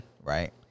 Right